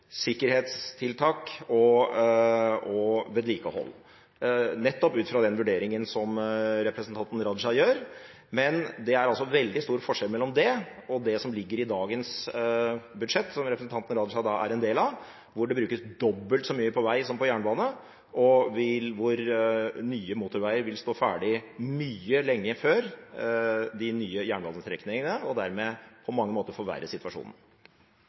sikkerhetstiltak og vedlikehold, nettopp ut fra den vurderingen som representanten Raja gjør. Men det er veldig stor forskjell mellom det og det som ligger i dagens budsjett, som representanten Raja er en del av. Der brukes det dobbelt så mye på vei som på jernbane, og nye motorveier vil stå ferdig lenge før de nye jernbanestrekningene og dermed på mange måter forverre situasjonen.